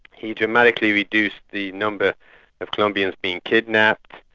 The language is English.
he dramatically reduced the number of colombians being kidnapped,